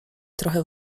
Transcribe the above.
trochę